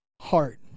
heart